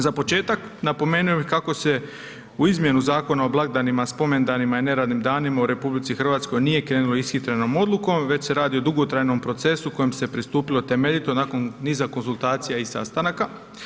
Za početak, napomenuo bih kako se u izmjenu Zakona o blagdanima, spomendanima i neradnim danima u RH nije krenulo ishitrenom odlukom već se radi o dugotrajnom procesu kojem se pristupilo temeljito nakon niza konzultacija i sastanaka.